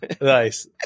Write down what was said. nice